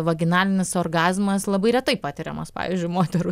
vaginalinis orgazmas labai retai patiriamas pavyzdžiui moterų